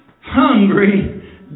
hungry